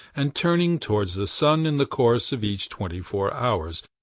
and turning towards the sun in the course of each twenty-four hours,